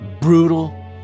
brutal